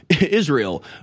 Israel